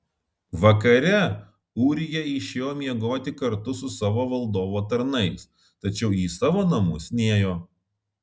vakare ūrija išėjo miegoti kartu su savo valdovo tarnais tačiau į savo namus nėjo